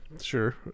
sure